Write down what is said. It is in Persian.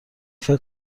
فکر